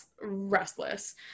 restless